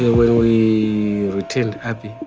ah when we returned abii,